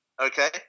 Okay